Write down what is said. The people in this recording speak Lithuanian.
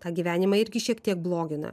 tą gyvenimą irgi šiek tiek blogina